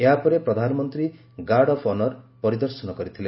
ଏହାପରେ ପ୍ରଧାନମନ୍ତ୍ରୀ guard of honour ପରିଦର୍ଶନ କରିଥିଲେ